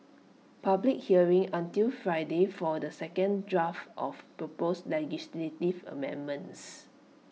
public hearing until Friday for the second draft of proposed legislative amendments